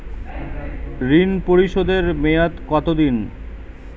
ঋণ পরিশোধের মেয়াদ কত দিন?